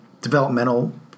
developmental